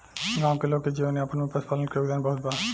गाँव के लोग के जीवन यापन में पशुपालन के योगदान बहुत बा